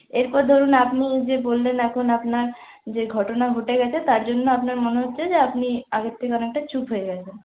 এরপর ধরুন আপনি যে বললেন এখন আপনার যে ঘটনা ঘটে গেছে তার জন্য আপনার মনে হচ্ছে যে আপনি আগের থাকে অনেকটা চুপ হয়ে গেছেন